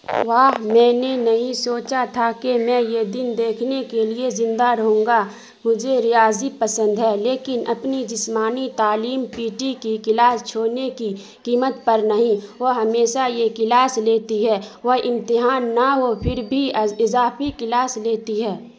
واہ میں نے نہیں سوچا تھا کہ میں یہ دن دیکھنے کے لیے زندہ رہوں گا مجھے ریاضی پسند ہے لیکن اپنی جسمانی تعلیم پی ٹی کی کلاس چھوڑنے کی قیمت پر نہیں وہ ہمیشہ یہ کلاس لیتی ہے وہ امتحان نہ ہو پھر بھی اضافی کلاس لیتی ہے